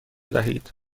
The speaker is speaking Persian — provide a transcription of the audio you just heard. دهید